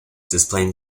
displaying